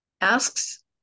asks